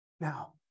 Now